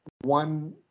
one